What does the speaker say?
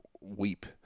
weep